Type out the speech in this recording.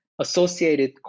associated